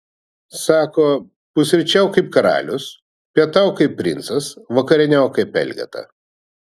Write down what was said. sako pusryčiauk kaip karalius pietauk kaip princas vakarieniauk kaip elgeta